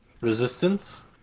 resistance